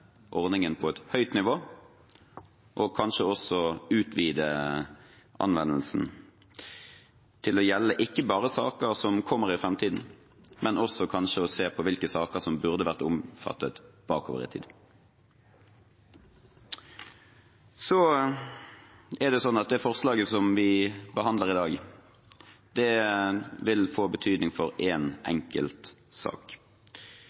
ordningen på et høyt nivå og kanskje også utvide anvendelsen til å gjelde ikke bare saker som kommer i fremtiden, men også saker som burde vært omfattet bakover i tid. Forslaget vi behandler i dag, vil få betydning for én enkelt sak.